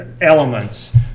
elements